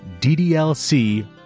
DDLC